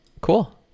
cool